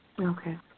Okay